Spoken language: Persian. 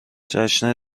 جشن